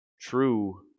true